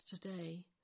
today